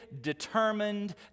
determined